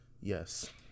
Yes